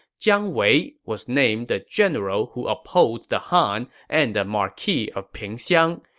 jiang wei was named the general who upholds the han and the marquis of pingxiang.